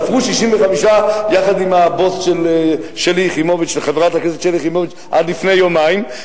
ספרו 65 יחד עם הבוס של חברת הכנסת שלי יחימוביץ עד לפני יומיים.